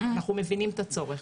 אנחנו מבינים את הצורך,